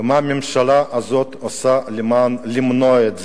ומה הממשלה הזאת עושה כדי למנוע את זה,